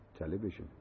Television